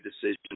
decision